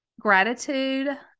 gratitude